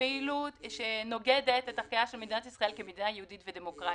פעילות שנוגדת את ערכיה של מדינת ישראל כמדינה יהודית ודמוקרטית,